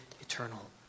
eternal